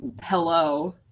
Hello